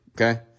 okay